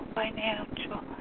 financial